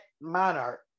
monarch